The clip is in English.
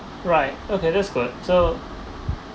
right okay that's good so